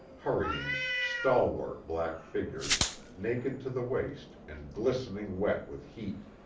hurry ing, stalwart black figures naked to the waist and glistening wet with heat.